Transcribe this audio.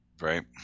Right